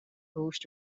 verwoest